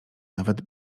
nawet